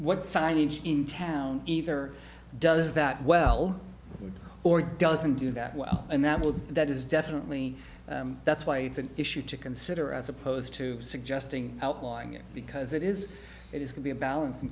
what signage in town either does that well or doesn't do that well and that will that is definitely that's why it's an issue to consider as opposed to suggesting outlawing it because it is it is could be a balance in